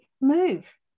move